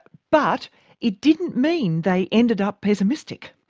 but it didn't mean they ended up pessimistic.